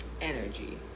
energy